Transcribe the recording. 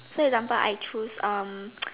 so example I choose um